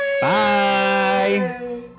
Bye